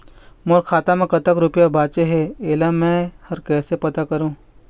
मोर खाता म कतक रुपया बांचे हे, इला मैं हर कैसे पता करों?